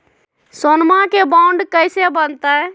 सोनमा के बॉन्ड कैसे बनते?